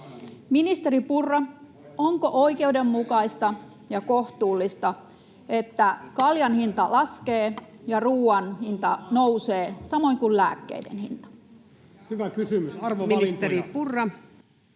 Ministeri Purra: onko oikeudenmukaista ja kohtuullista, että kaljan hinta laskee ja ruoan hinta nousee samoin kuin lääkkeiden hinnat? [Speech 460] Speaker: